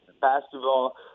basketball